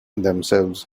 themselves